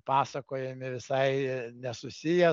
pasakojami visai nesusiję